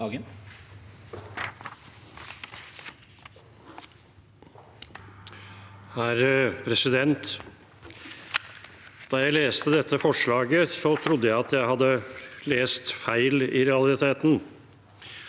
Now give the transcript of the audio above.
Da jeg leste dette for- slaget, trodde jeg at jeg hadde lest feil. Altså: